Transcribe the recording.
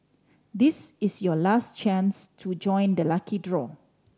this is your last chance to join the lucky draw